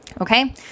Okay